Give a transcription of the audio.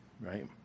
right